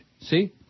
See